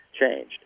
changed